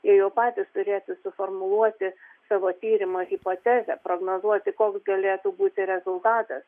jie jau patys turėtų suformuluoti savo tyrimo hipotezę prognozuoti koks galėtų būti rezultatas